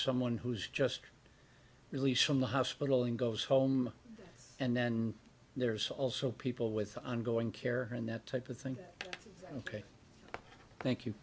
someone who's just released from the hospital and goes home and then there's also people with ongoing care and that type of thing ok thank you